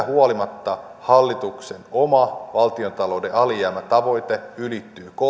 huolimatta hallituksen oma valtiontalouden alijäämätavoite ylittyy kolminkertaisesti ja